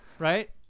right